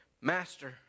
Master